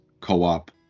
co-op